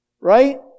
right